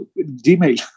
Gmail